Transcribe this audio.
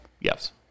yes